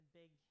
big